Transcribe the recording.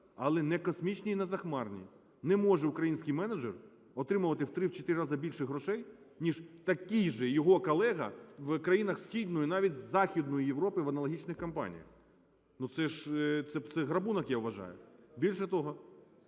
але не космічні і не захмарні. Не може український менеджер отримувати в 3, в 4 рази більше грошей, ніж такий же його колега в країнах Східної і навіть Західної Європи в аналогічних компаніях. Ну, це ж, це грабунок, я вважаю. Більше того,